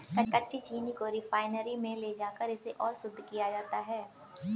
कच्ची चीनी को रिफाइनरी में ले जाकर इसे और शुद्ध किया जाता है